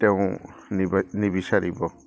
তেওঁ নিব নিবিচাৰিব